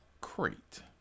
crate